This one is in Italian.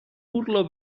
urlo